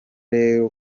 rero